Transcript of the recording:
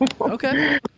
Okay